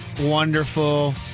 wonderful